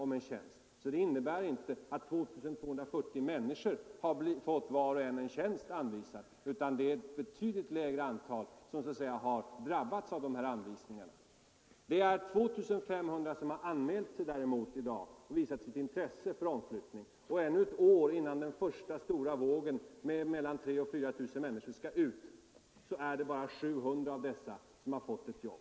Det innebär alltså inte att 2 240 människor har fått en tjänst anvisad utan det är ett betydligt lägre antal som har ”drabbats” av anvisningarna. Däremot har 2 500 människor i dag anmält sitt intresse för omflyttning, och ännu ett år innan den första stora vågen med mellan 3 000 och 4 000 människor skall ut har bara 700 fått ett jobb.